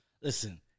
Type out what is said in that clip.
Listen